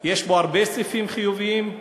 יש הרבה סעיפים חיוביים,